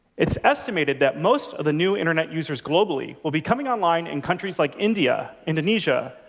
it's estimated that most of the new internet users globally will be coming online in countries like india, indonesia,